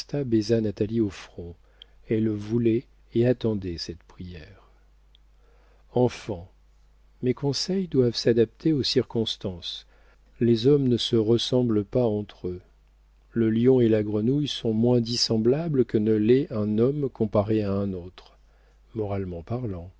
natalie au front elle voulait et attendait cette prière enfant mes conseils doivent s'adapter aux circonstances les hommes ne se ressemblent pas entre eux le lion et la grenouille sont moins dissemblables que ne l'est un homme comparé à un autre moralement parlant